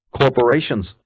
corporations